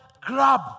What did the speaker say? grab